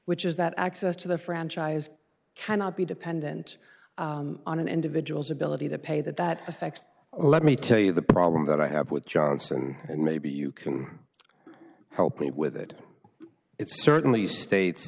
which is that access to the franchise cannot be dependent on an individual's ability to pay that that effect let me tell you the problem that i have with johnson and maybe you can help me with it it's certainly states